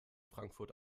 frankfurt